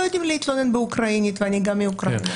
יודעים להתלונן באוקראינית ואני באה מאוקראינה.